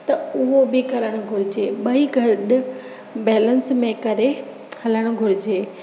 त उहो बि करणु घुरिजे ॿई गॾु बैलेंस में करे हलणु घुरिजे